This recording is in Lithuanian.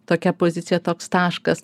tokia pozicija toks taškas